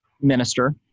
minister